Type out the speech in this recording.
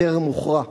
וטרם הוכרע,